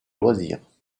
loisirs